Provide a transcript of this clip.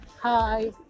Hi